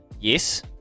Yes